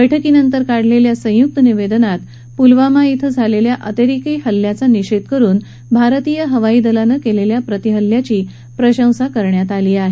बैठकीनंतर काढलेल्या एका संयुक्त निवेदनात पुलवामा क्विं झालेल्या अतिरेकी हल्ल्याचा निषेध करुन भारतीय हवाईदलानं केलेल्या प्रतिहल्ल्याची प्रशंसा केली आहे